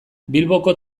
bilboko